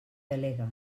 delegue